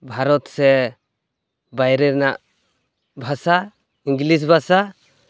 ᱵᱷᱟᱨᱚᱛ ᱥᱮ ᱵᱟᱭᱨᱮ ᱨᱮᱱᱟᱜ ᱵᱷᱟᱥᱟ ᱤᱝᱞᱤᱥ ᱵᱷᱟᱥᱟ